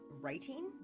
writing